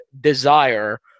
desire